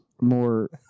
more